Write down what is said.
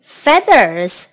feathers